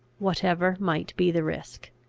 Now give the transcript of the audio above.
whatever might be the risk.